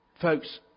Folks